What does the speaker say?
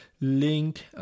link